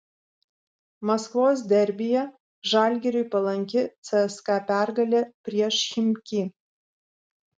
maskvos derbyje žalgiriui palanki cska pergalė prieš chimki